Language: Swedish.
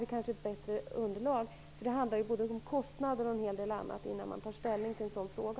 Då kanske vi får ett bättre underlag. Det handlar om kostnader och en hel del annat innan man tar ställning till en sådan fråga.